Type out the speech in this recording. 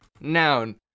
noun